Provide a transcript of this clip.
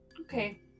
okay